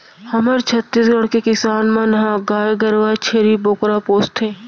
हमर छत्तीसगढ़ के किसान मन ह गाय गरूवा, छेरी बोकरा पोसथें